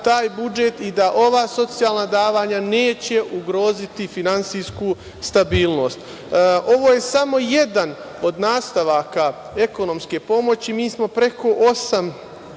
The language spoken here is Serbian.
budžet i da ova socijalna davanja neće ugroziti finansijsku stabilnost. Ovo je samo jedan od nastavaka ekonomske pomoći. Mi smo preko osam